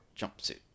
jumpsuit